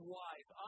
wife